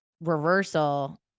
reversal